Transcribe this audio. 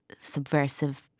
subversive